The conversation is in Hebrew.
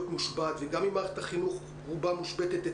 מושבת וגם אם מערכת החינוך רובה מושבתת,